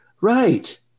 Right